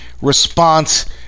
response